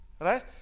right